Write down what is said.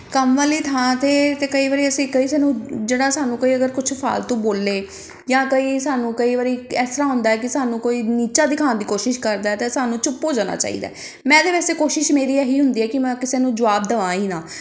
ਕੰਮ ਵਾਲੀ ਥਾਂ 'ਤੇ ਤਾਂ ਕਈ ਵਾਰੀ ਅਸੀਂ ਕਈ ਸਾਨੂੰ ਜਿਹੜਾ ਸਾਨੂੰ ਕੋਈ ਅਗਰ ਕੁਛ ਫਾਲਤੂ ਬੋਲੇ ਜਾਂ ਕਈ ਸਾਨੂੰ ਕਈ ਵਾਰੀ ਇਸ ਤਰ੍ਹਾਂ ਹੁੰਦਾ ਕਿ ਸਾਨੂੰ ਕੋਈ ਨੀਚਾ ਦਿਖਾਉਣ ਦੀ ਕੋਸ਼ਿਸ਼ ਕਰਦਾ ਤਾਂ ਸਾਨੂੰ ਚੁੱਪ ਹੋ ਜਾਣਾ ਚਾਹੀਦਾ ਮੈਂ ਤਾਂ ਵੈਸੇ ਕੋਸ਼ਿਸ਼ ਮੇਰੀ ਇਹੀ ਹੁੰਦੀ ਹੈ ਕਿ ਮੈਂ ਕਿਸੇ ਨੂੰ ਜਵਾਬ ਦੇਵਾਂ ਹੀ ਨਾ